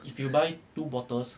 if you buy two bottles